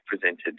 presented